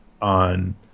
on